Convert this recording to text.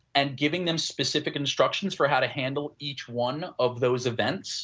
and giving them specific instructions for how to handle each one of those events